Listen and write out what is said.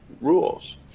rules